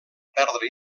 perdre